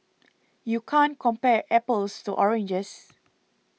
you can't compare apples to oranges